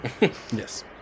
Yes